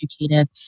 educated